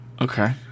Okay